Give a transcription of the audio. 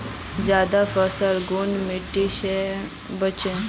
ज्यादा फसल कुन मिट्टी से बेचे?